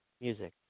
music